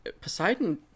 Poseidon